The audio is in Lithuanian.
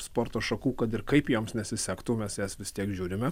sporto šakų kad ir kaip joms nesisektų mes jas vis tiek žiūrime